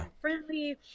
friendly